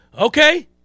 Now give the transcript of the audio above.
Okay